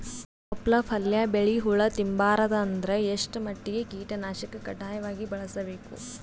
ತೊಪ್ಲ ಪಲ್ಯ ಬೆಳಿ ಹುಳ ತಿಂಬಾರದ ಅಂದ್ರ ಎಷ್ಟ ಮಟ್ಟಿಗ ಕೀಟನಾಶಕ ಕಡ್ಡಾಯವಾಗಿ ಬಳಸಬೇಕು?